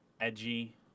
edgy